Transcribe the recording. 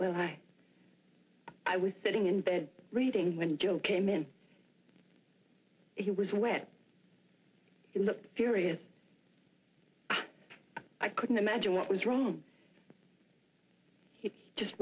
well i was sitting in bed reading when jill came in he was wet in the furious i couldn't imagine what was wrong he just